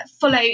follow